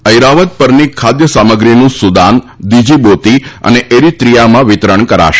ઐરાવત પરની ખાદ્ય સામગ્રીનું સુદાન દિજીબોતી તથા એરીત્રીયામાં વિતરણ કરાશે